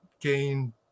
gain